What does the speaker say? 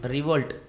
Revolt